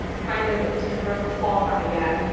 kind of a different format again.